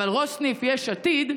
אבל ראש סניף יש עתיד,